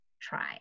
try